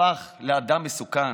הפך לאדם מסוכן.